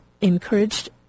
encouraged